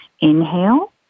Inhale